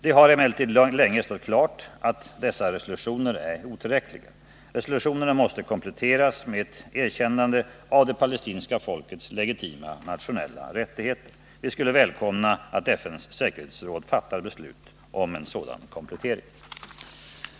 Det har emellertid länge stått klart att dessa resolutioner är otillräckliga. Resolutionerna måste kompletteras med ett erkännande av det palestinska folkets legitima nationella rättigheter. Vi skulle välkomna att FN:s säkerhetsråd fattar beslut om en sådan komplettering.